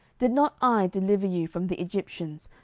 did not i deliver you from the egyptians,